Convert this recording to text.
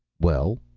well?